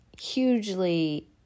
hugely